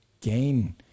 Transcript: gain